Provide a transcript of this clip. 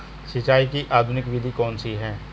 सिंचाई की आधुनिक विधि कौन सी है?